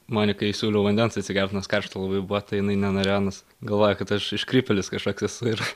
monikai siūliau vandens atsigert nes karšta labai buvo tai jinai nenorėjo nes galvoja kad aš iškrypėlis kažkoks esu ir